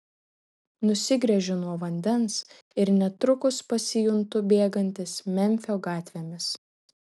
nusigręžiu nuo vandens ir netrukus pasijuntu bėgantis memfio gatvėmis